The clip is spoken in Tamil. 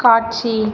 காட்சி